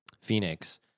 Phoenix